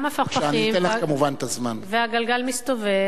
אז הנה יש לנו היסטוריונים, אני לא זוכר.